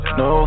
no